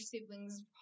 siblings